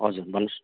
हजुर भन्नुहोस्